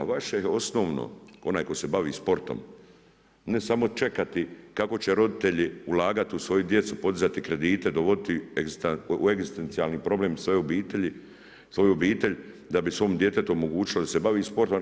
Vaše je osnovno, onaj koji se bavi sportom ne samo čekati kako će roditelji ulagati u svoju djecu, podizati kredite, dovoditi u egzistencijalni problem svoje obitelji, svoju obitelj da bi svom djetetu omogućilo da se bavi sportom.